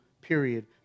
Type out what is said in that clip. period